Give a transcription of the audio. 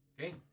Okay